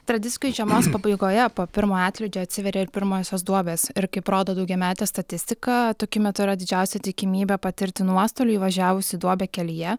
tradiciškai žiemos pabaigoje po pirmojo atlydžio atsiveria ir pirmosios duobės ir kaip rodo daugiametė statistika tokiu metu yra didžiausia tikimybė patirti nuostolių įvažiavus į duobę kelyje